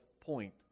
point